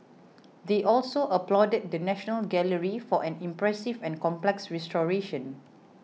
they also applauded the National Gallery for an impressive and complex restoration